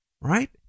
right